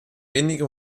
wenige